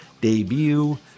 debut